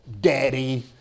daddy